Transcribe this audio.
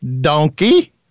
donkey